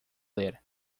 ler